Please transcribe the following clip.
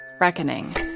Reckoning